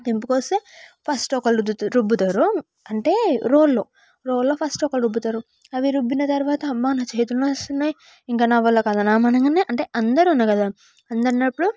తెంపుకొస్తే first ఒకరు రుద్దుతారు రుబ్బుతారు అంటే రోల్ లో రోల్ లో ఫస్ట్ ఒకరు రుబ్బుతారు అవి రుబ్బిన తరువాత అమ్మా నా చేతులు నొస్తున్నాయి ఇంక నావల్ల కాదు ఆమె అనగానే అంటే అందరు అన్నా కదా అందరు ఉన్నప్పుడు